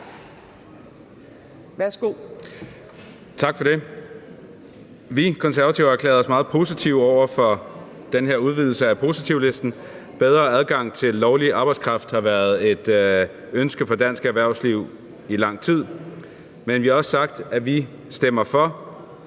(KF): Tak for det. Vi Konservative har erklæret os meget positive over for den her udvidelse af positivlisten – bedre adgang til lovlig arbejdskraft har været et ønske fra dansk erhvervsliv i lang tid – men vi har også sagt, at vi stemmer for